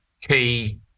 key